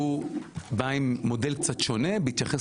שהוא בא עם מודל קצת שונה בהתייחס